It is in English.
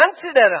consider